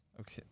Okay